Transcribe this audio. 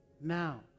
now